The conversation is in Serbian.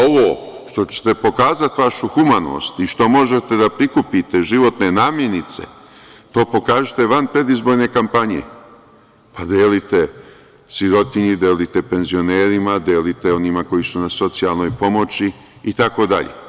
Ovo što ćete pokazati vašu humanost i što možete da prikupite životne namirnice, to pokažite van predizborne kampanje, pa delite sirotinji, delite penzionerima, delite onima koji su na socijalnoj pomoći itd.